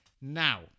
Now